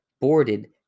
boarded